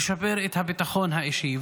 לשפר את הביטחון האישי,